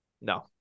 No